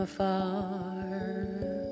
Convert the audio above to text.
far